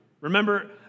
Remember